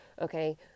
Okay